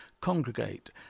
congregate